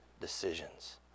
decisions